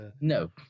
No